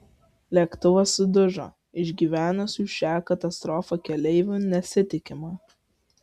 lėktuvas sudužo išgyvenusių šią katastrofą keleivių nesitikima